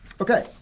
Okay